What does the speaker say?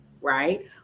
right